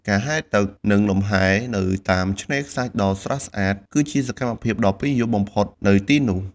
ការហែលទឹក និងលំហែ នៅតាមឆ្នេរខ្សាច់ដ៏ស្រស់ស្អាតគឺជាសកម្មភាពដ៏ពេញនិយមបំផុតនៅទីនោះ។